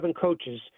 coaches